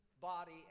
body